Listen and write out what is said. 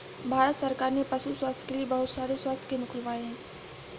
भारत सरकार ने पशु स्वास्थ्य के लिए बहुत सारे स्वास्थ्य केंद्र खुलवाए हैं